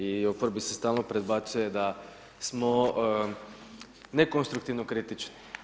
I u oporbi se stalno prebacuje da smo nekonstruktivni kritični.